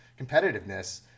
competitiveness